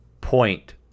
point